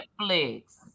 Netflix